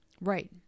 Right